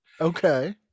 Okay